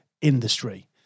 industry